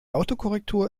autokorrektur